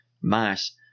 mice